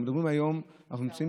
אנחנו מדברים היום על כך שאנחנו נמצאים